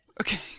Okay